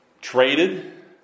traded